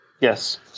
Yes